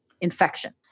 infections